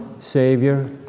Savior